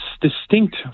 distinct